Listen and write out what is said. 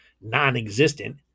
non-existent